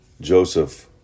Joseph